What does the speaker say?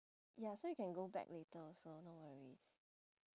ya so you can go back later also no worries